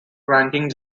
ranking